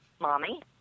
Mommy